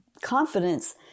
confidence